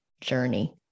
journey